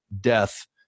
death